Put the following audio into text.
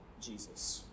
Jesus